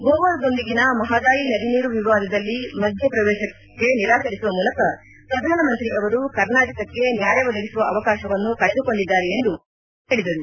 ಗೋವಾದೊಂದಿಗಿನ ಮಹಾದಾಯಿ ನದಿ ನೀರು ವಿವಾದದಲ್ಲಿ ಮಧ್ಯ ಪ್ರವೇಶಕ್ಕೆ ನಿರಾಕರಿಸುವ ಮೂಲಕ ಪ್ರಧಾನ ಮಂತ್ರಿ ಅವರು ಕರ್ನಾಟಕಕ್ಕೆ ನ್ಯಾಯ ಒದಗಿಸುವ ಅವಕಾಶವನ್ನು ಕಳೆದುಕೊಂಡಿದ್ದಾರೆ ಎಂದು ದಿನೇತ್ ಗುಂಡೂರಾವ್ ಹೇಳಿದರು